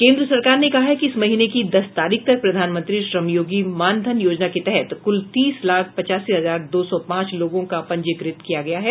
केंद्र सरकार ने कहा है कि इस महीने की दस तारीख तक प्रधानमंत्री श्रम योगी मानधन योजना के तहत कुल तीस लाख पचासी हजार दो सौ पांच लोगों का पंजीकृत किया गया है